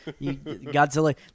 Godzilla